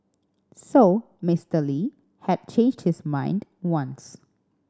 so Mister Lee had changed his mind once